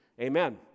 Amen